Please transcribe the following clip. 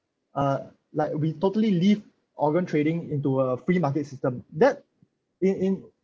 uh like we totally leave organ trading into a free market system that in in